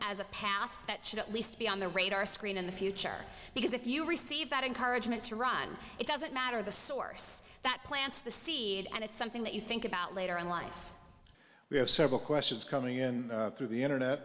as a path that should at least be on the radar screen in the future because if you receive that encouragement to run it doesn't matter the source that plants the seed and it's something that you think about later in life we have several questions coming in through the internet